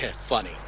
Funny